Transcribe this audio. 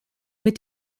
mit